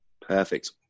perfect